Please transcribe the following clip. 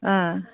ওম